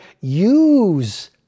use